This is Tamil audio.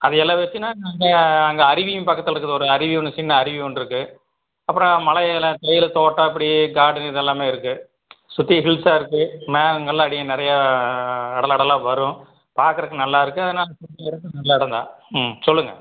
அது எல்லாம் வெச்சினால் அங்கே அருவியும் பக்கத்திலருக்குது ஒரு அருவி ஒன்று சின்ன அருவி ஒன்றிக்கு அப்புறம் மலையில் தேயிலை தோட்டம் இப்படி கார்டன்னு இது எல்லாமே இருக்குது சுற்றி ஹில்சாக இருக்குது மேகங்களெலாம் அப்படியே நிறையா அடலடலாக வரும் பார்க்கறக்கு நல்லாயிருக்கும் அதனால் நல்ல இடந்தான் ம் சொல்லுங்க